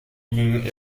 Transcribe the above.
being